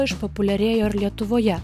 išpopuliarėjo lietuvoje